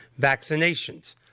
vaccinations